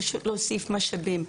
פשוט להוסיף משאבים.